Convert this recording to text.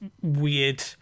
weird